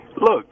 look